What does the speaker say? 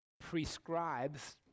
prescribes